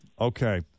okay